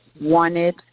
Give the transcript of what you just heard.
wanted